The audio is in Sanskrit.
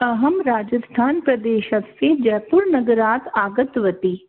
अहं राजस्थान् प्रदेशस्य जैपुर् नगरात् आगतवती